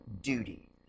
duty